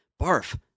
Barf